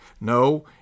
No